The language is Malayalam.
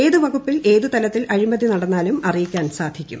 ഏതു വകുപ്പിൽ ഏതു തലത്തിൽ അഴിമതി നടന്നാലും അറിയിക്കാൻ സാധിക്കും